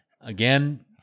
again